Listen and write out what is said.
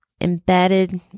embedded